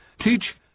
teach